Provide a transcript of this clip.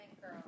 girl